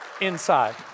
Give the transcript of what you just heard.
Inside